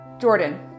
Jordan